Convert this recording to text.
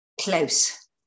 close